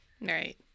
Right